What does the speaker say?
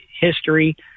history